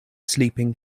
sleeping